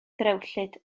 ddrewllyd